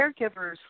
caregivers